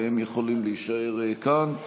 והם יכולים להישאר כאן.